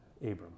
Abram